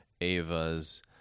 Ava's